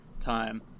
time